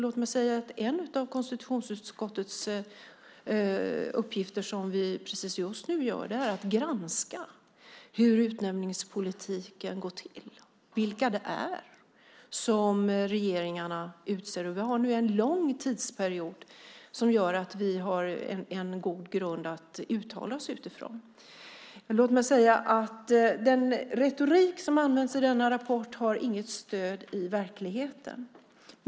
Låt mig säga att en av konstitutionsutskottets uppgifter som vi just nu sysslar med är att granska hur utnämningspolitiken sköts och vilka det är som regeringen utser. Vi har nu en lång tidsperiod att se på, som gör att vi har en god grund att uttala oss utifrån. Den retorik som används i er rapport har inget stöd i verkligheten.